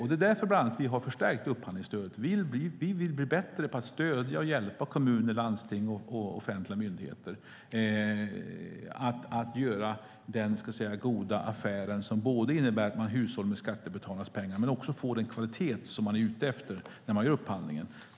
Det är bland annat därför som vi har förstärkt upphandlingsstödet. Vi vill bli bättre på att stödja och hjälpa kommuner, landsting och offentliga myndigheter att göra den goda affär som innebär att hushålla med skattebetalarnas pengar men också få den kvalitet som man är ute efter när man gör upphandlingen.